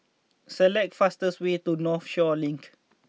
select fastest way to Northshore Link